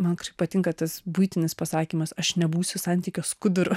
man patinka tas buitinis pasakymas aš nebūsiu santykio skuduru